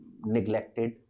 neglected